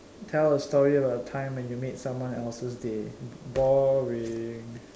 tell a story about a time when you made someone's else day boring